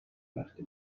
وقتی